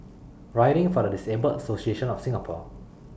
Riding For The Disabled Association of Singapore